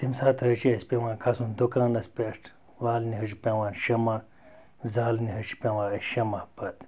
تمہِ ساتہٕ حظ چھِ اَسہِ پیٚوان کھَسُن دُکانَس پٮ۪ٹھ والنہِ حظ چھِ پیٚوان شَمع زالنہِ حظ چھِ پیٚوان اَسہِ شَمع پَتہٕ